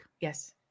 Yes